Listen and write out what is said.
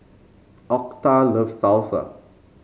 Octa loves Salsa